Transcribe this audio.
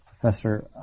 Professor